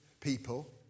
people